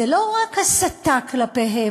זה לא רק הסתה כלפיהם.